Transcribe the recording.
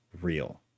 real